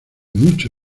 mucho